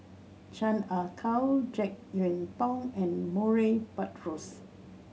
Chan Ah Kow Jek Yeun Thong and Murray Buttrose